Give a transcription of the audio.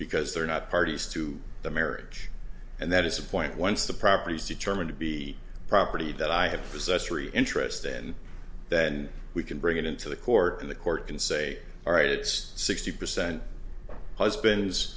because they're not parties to the marriage and that is a point once the property is determined to be property that i have possessory interest and then we can bring it into the court in the court can say all right it's sixty percent husbands